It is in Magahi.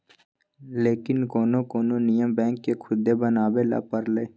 लेकिन कोनो कोनो नियम बैंक के खुदे बनावे ला परलई